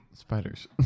Spiders